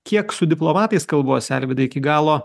kiek su diplomatais kalbos arvydai iki galo